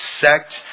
sect